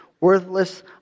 worthless